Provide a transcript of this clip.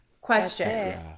question